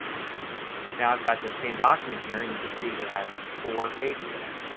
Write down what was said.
now i've got the scanned document here and you can see it has four pages in it.